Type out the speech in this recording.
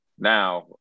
Now